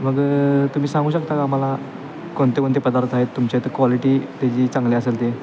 मग तुम्ही सांगू शकता का आम्हाला कोणते कोणते पदार्थ आहेत तुमच्या इथं क्वालिटी त्याची चांगली असेल ते